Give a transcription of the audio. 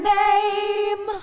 name